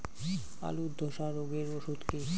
আলুর ধসা রোগের ওষুধ কি?